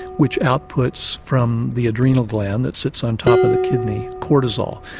which outputs from the adrenal gland that sits on top of the kidney, cortisol.